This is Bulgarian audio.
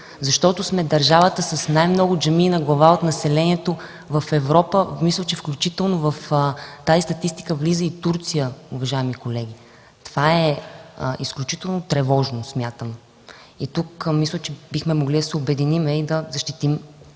защото сме държавата с най-много джамии на глава от населението в Европа. Мисля, че в тази статистика влиза и Турция, уважаеми колеги. Това е изключително тревожно. Тук бихме могли да се обединим и да защитим